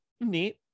neat